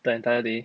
the entire day